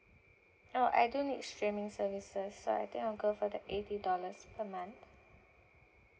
oh I don't need streaming services so I think I'll go for the eighty dollars per month